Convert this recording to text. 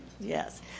Yes